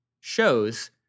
shows